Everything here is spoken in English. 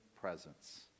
presence